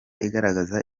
igaragaza